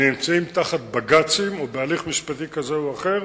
נמצאים תחת בג"צים או בהליך משפטי כזה או אחר